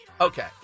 okay